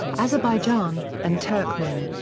azerbaijan, and turkmen.